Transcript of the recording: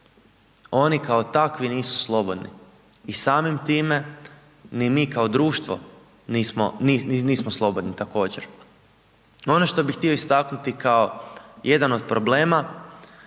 oni kao takvi nisu slobodni. I samim time ni mi kao društvo nismo slobodni također. Ono što bi hitio istaknuti kao jedan od problema